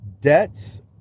debts